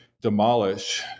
demolish